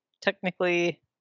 technically